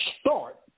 start